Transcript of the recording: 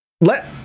Let